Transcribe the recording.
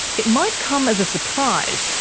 it might come as a surprise,